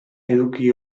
eduki